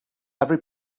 every